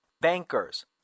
bankers